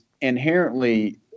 inherently